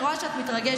אני רואה שאת מתרגשת,